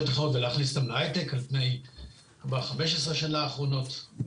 אחרות ולהכניס אותם להייטק על פני כבר 15 שנים האחרונות,